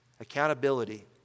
accountability